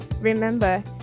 Remember